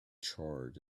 charred